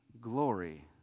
glory